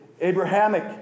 Abrahamic